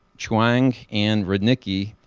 shuang and rudnicki.